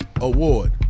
Award